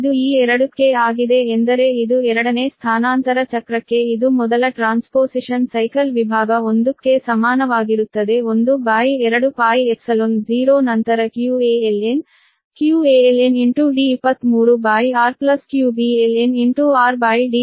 ಇದು ಈ 2 ಕ್ಕೆ ಆಗಿದೆ ಎಂದರೆ ಇದು ಎರಡನೇ ಸ್ಥಾನಾಂತರ ಚಕ್ರಕ್ಕೆ ಇದು ಮೊದಲ ಟ್ರಾನ್ಸ್ಪೋಸಿಷನ್ ಸೈಕಲ್ ವಿಭಾಗ 1 ಕ್ಕೆ ಸಮಾನವಾಗಿರುತ್ತದೆ 12π0 ನಂತರ qa ln⁡qaln D23r qbln rD23qcln D31D12 ಇದು ಸಮೀಕರಣ 14 ಆಗಿದೆ